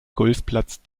golfplatz